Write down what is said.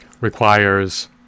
requires